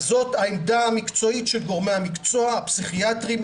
זאת העמדה המקצועית של גורמי המקצוע הפסיכיאטרים,